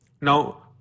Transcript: Now